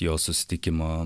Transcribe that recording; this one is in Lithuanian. jo susitikimo